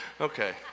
Okay